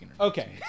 Okay